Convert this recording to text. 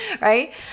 Right